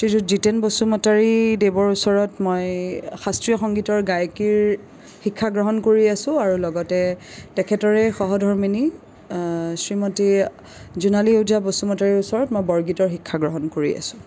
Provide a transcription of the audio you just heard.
শ্ৰীযুত জিতেন বসুমতাৰী দেৱৰ ওচৰত মই শাস্ত্ৰীয় সংগীতৰ গায়কীৰ শিক্ষা গ্ৰহণ কৰি আছো আৰু লগতে তেখেতৰে সহধৰ্মিনী শ্ৰীমতী জোনালী ওজা বসুমতাৰীৰ ওচৰত মই বৰগীতৰ শিক্ষা গ্ৰহণ কৰি আছো